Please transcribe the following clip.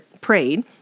prayed